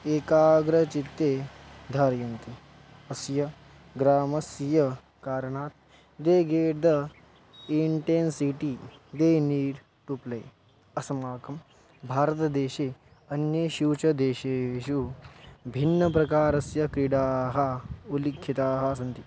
एकाग्रचित्ते धारयन्ति अस्य ग्रामस्य कारणात् they get the intensity they need to play अस्माकं भारतदेशे अन्येषु च देशेषु भिन्नप्रकारस्य क्रीडाः उल्लिखिताः सन्ति